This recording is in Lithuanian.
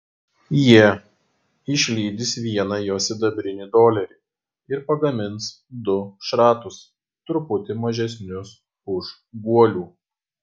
jie išlydys vieną jo sidabrinį dolerį ir pagamins du šratus truputį mažesnius už guolių